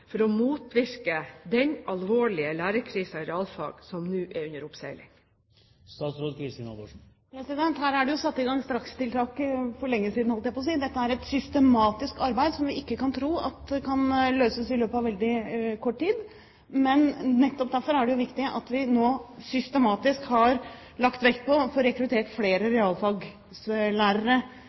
for å motvirke den alvorlige lærerkrisen i realfag som nå er under oppseiling? Her er det satt i gang strakstiltak for lenge siden. Dette er et systematisk arbeid, som vi ikke kan tro kan løse dette i løpet av veldig kort tid. Nettopp derfor er det viktig at vi nå systematisk har lagt vekt på å få rekruttert flere realfagslærere